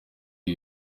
ibi